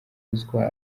ruswa